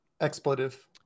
Expletive